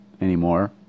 anymore